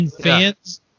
fans